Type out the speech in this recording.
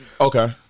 Okay